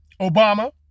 Obama